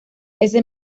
ese